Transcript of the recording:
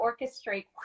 orchestrate